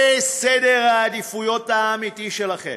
זה סדר העדיפויות האמיתי שלכם: